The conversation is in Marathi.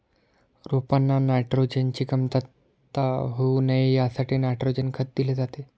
रोपांना नायट्रोजनची कमतरता होऊ नये यासाठी नायट्रोजन खत दिले जाते